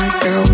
go